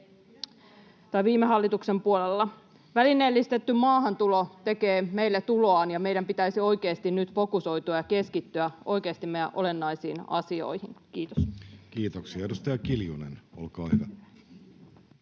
viime hallituksen puolella. Välineellistetty maahantulo tekee meille tuloaan, ja meidän pitäisi oikeasti nyt fokusoitua ja keskittyä oikeasti meidän olennaisiin asioihin. — Kiitos. [Speech 52] Speaker: